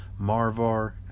Marvar